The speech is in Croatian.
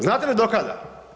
Znate li do kada?